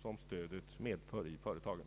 som stödet medför för företagen.